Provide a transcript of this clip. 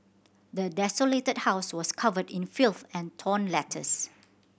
the desolated house was covered in filth and torn letters